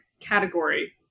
category